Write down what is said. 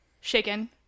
shaken